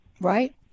Right